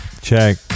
check